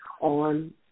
on